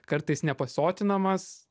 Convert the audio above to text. kartais nepasotinamas